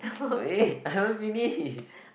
wait I haven't finished